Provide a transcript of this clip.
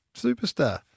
superstar